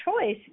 choice